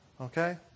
Okay